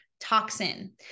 Toxin